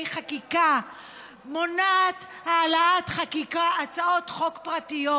חקיקה מונעת העלאת הצעות חוק פרטיות.